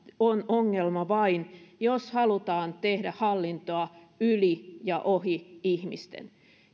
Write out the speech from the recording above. on ongelma vain jos halutaan tehdä hallintoa yli ja ohi ihmisten